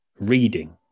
reading